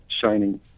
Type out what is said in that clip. shining